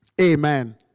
Amen